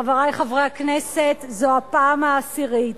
חברי חברי הכנסת, זו הפעם העשירית,